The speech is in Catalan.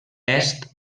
est